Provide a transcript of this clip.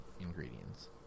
ingredients